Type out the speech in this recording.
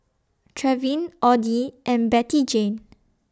Trevin Oddie and Bettyjane